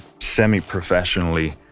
semi-professionally